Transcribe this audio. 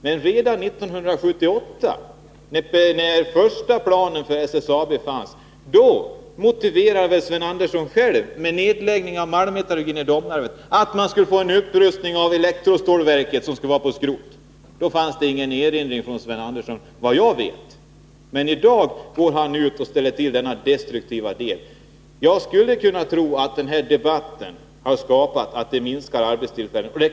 Men redan 1978, när den första planen för SSAB förelåg, motiverade Sven Andersson själv nedläggning av malmmetallurgin i Domnarvet med att man skulle få en upprustning av elektrostålverket, där produktionen skulle baseras på användning av skrot. Då fanns det ingen erinring från Sven Andersson, vad jag vet. Jag skulle kunna tro att den här debatten leder till att arbetstillfällen försvinner.